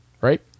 right